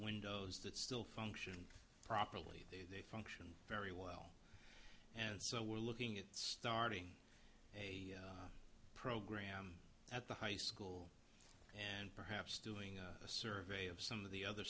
windows that still function properly action very well and so we're looking at starting a program at the high school and perhaps doing a survey of some of the other